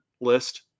list